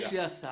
יש לי הסעה